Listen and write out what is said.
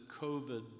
COVID